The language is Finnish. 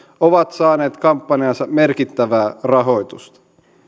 ovat saaneet kampanjaansa merkittävää rahoitusta